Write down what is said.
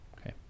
Okay